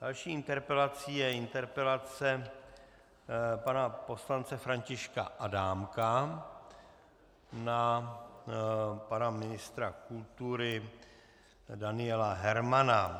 Další interpelací je interpelace pana poslance Františka Adámka na pana ministra kultury Daniela Hermana.